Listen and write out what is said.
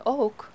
ook